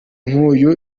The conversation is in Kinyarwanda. nk’uyu